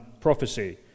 prophecy